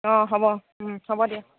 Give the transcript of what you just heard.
অঁ হ'ব হ'ব দিয়া